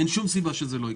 אין שום סיבה שזה לא יקרה.